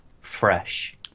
fresh